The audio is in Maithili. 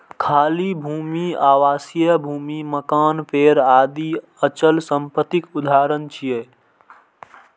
खाली भूमि, आवासीय भूमि, मकान, पेड़ आदि अचल संपत्तिक उदाहरण छियै